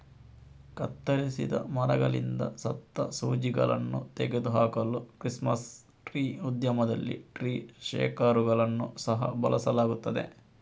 ಕತ್ತರಿಸಿದ ಮರಗಳಿಂದ ಸತ್ತ ಸೂಜಿಗಳನ್ನು ತೆಗೆದು ಹಾಕಲು ಕ್ರಿಸ್ಮಸ್ ಟ್ರೀ ಉದ್ಯಮದಲ್ಲಿ ಟ್ರೀ ಶೇಕರುಗಳನ್ನು ಸಹ ಬಳಸಲಾಗುತ್ತದೆ